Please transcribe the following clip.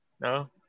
No